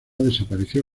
desapareció